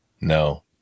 No